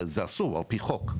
זה אסור על פי חוק,